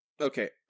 Okay